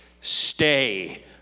stay